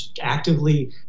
actively